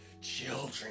Children